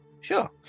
Sure